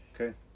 Okay